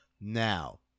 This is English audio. now